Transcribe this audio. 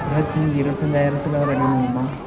இருபத்தஞ்சி இருபத்தஞ்சாயிரத்துல ரெடி பண்ண முடியுமா